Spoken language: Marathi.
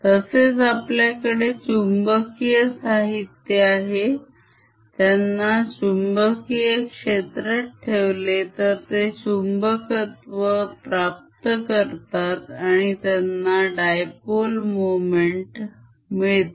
तसेच आपल्याकडे चुंबकीय साहित्य आहे त्यांना चुंबकीय क्षेत्रात ठेवले तर ते चुम्बकत्व प्राप्त करतात आणि त्यांना dipoleमोमेंट मिळते